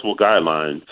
guidelines